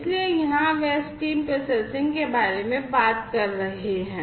इसलिए यहां वे stream प्रोसेसिंग के बारे में बात कर रहे हैं